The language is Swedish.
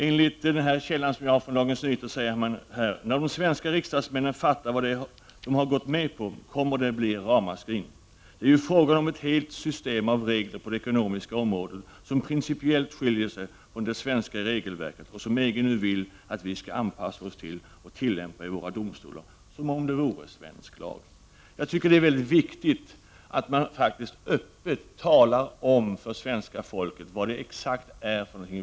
En källa inom näringslivet säger enligt Dagens Nyheter: ”När de svenska riksdagsmännen fattar vad det är vi gått med på kommer det att bli ramaskrin. Det är ju fråga om ett helt system av regler på det ekonomiska området som principiellt skiljer sig från det svenska regelverket och som EG nu vill att vi skall anpassa oss till och tillämpa i våra domstolar som om det vore svensk lag.” Jag tycker att det är mycket viktigt att man öppet talar om för svenska folket vad det exakt är för någonting.